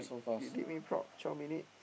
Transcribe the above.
they did me proud twelve minute